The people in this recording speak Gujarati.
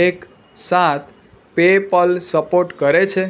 એક સાત પેપેલ સપોર્ટ કરે છે